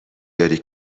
داری